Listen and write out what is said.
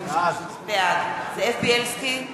בעד זאב בילסקי,